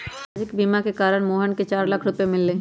सामाजिक बीमा के कारण मोहन के चार लाख रूपए मिल लय